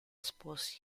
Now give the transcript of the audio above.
sposi